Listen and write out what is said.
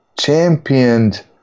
championed